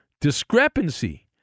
discrepancy